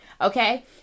Okay